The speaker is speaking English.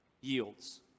yields